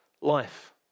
life